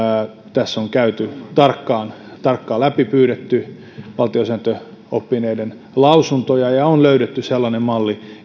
tämä on käyty tarkkaan tarkkaan läpi on pyydetty valtiosääntöoppineiden lausuntoja ja on löydetty sellainen malli